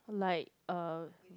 like uh